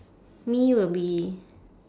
me will be